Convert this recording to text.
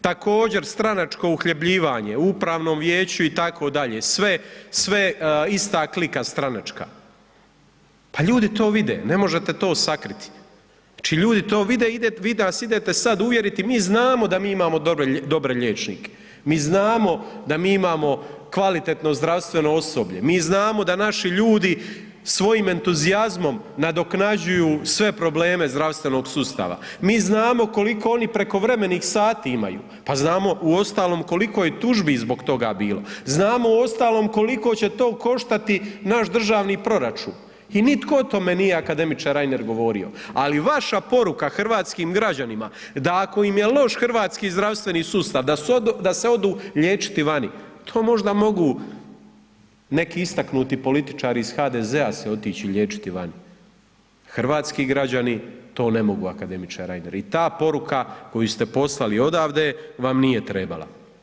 Također stranačko uhljebljivanje u upravnom vijeću itd., sve, sve ista klika stranačka, pa ljudi to vide, ne možete to sakriti, znači ljudi to vide, vi nas idete sad uvjeriti, mi znamo da mi imamo dobre liječnike, mi znamo da mi imamo kvalitetno zdravstveno osoblje, mi znamo da naši ljudi svojim entuzijazmom nadoknađuju sve probleme zdravstvenog sustava, mi znamo koliko oni prekovremenih sati imaju, pa znamo uostalom koliko je tužbi zbog toga bilo, znamo uostalom koliko će to koštati naš državni proračun i nitko o tome nije akademiče Reiner govorio, ali vaša poruka hrvatskim građanima da ako im je loš hrvatski zdravstveni sustav, da se odu liječiti vani, to možda mogu neki istaknuti političari iz HDZ-a se otići liječiti vani, hrvatski građani to ne mogu akademiče Reiner i ta poruka koju ste poslali odavde vam nije trebala.